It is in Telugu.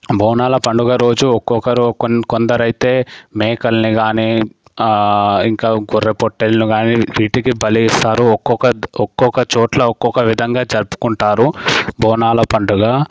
బోనాల పండగ రోజు ఒక్కొక్కరు కొందరు అయితే మేకలని కానీ ఇంకా గొర్రె పొట్టేలును కానీ ఇంటికి బలి ఇస్తారు ఒక్కొక్క ఒక్కొక్క చోట్ల ఒక్కొక్క విధంగా జరుపుకుంటారు బోనాల పండగ